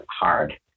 hard